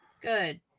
Good